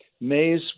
Mays